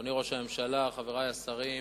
אדוני ראש הממשלה, חברי השרים,